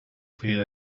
fil